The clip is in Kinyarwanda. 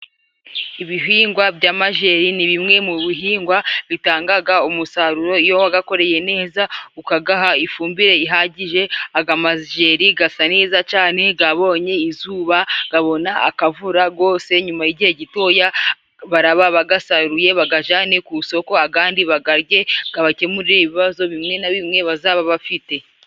Ibihingwa by'amajeri ni bimwe mu bihingwa bitangaga umusaruro, iyo wagakoreye neza ukagaha ifumbire ihagije, aga majeri gasa neza cyane, gabonye izuba gabona akavura rwose nyuma y'igihe gitoya, baraba bagasaruye bagajane ku isoko agandi bagarye gabakemurire ibibazo bimwe na bimwe bazaba bafite.